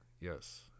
Yes